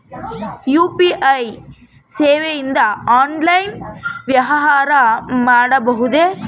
UPI ಸೇವೆಯಿಂದ online ವ್ಯವಹಾರ ಮಾಡಬಹುದೇ?